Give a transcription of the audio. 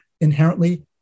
inherently